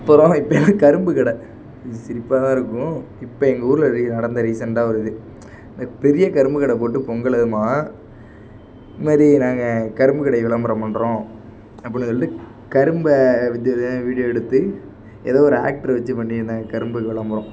அப்புறம் இப்போலாம் கரும்பு கடை இது சிரிப்பாக தான் இருக்கும் இப்போ எங்கள் ஊர்ல ரீ நடந்த ரீசண்ட்டாக ஒரு இது ஒரு பெரிய கரும்பு கடை போட்டு பொங்கல் அதுவுமா இது மாரி நாங்கள் கரும்பு கடை விளம்பரம் பண்ணுறோம் அப்படினு சொல்லிட்டு கரும்பை வித விதமாக வீடியோ எடுத்து ஏதோ ஒரு ஆக்ட்ரை வச்சி பண்ணிருந்தாங்கள் கரும்பு விளம்பரம்